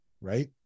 right